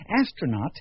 Astronaut